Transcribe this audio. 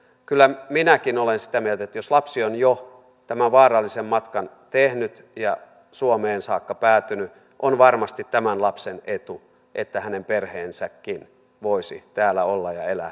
kyllä minäkin olen sitä mieltä että jos lapsi on jo tämän vaarallisen matkan tehnyt ja suomeen saakka päätynyt on varmasti tämän lapsen etu että hänen perheensäkin voisi täällä olla ja elää hänen kanssaan